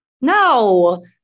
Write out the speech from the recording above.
no